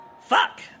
Fuck